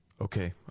Okay